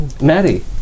Maddie